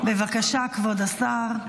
בבקשה, כבוד השר.